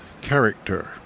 character